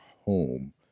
home